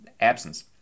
absence